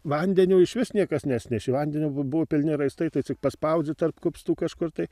vandenio išvis niekas nesnešė vandenio bu buvo pilni raistai tai cik paspaudzi tarp kupstų kažkur tai